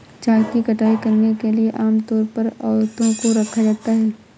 चाय की कटाई करने के लिए आम तौर पर औरतों को रखा जाता है